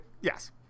yes